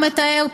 הוא מתאר,